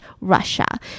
russia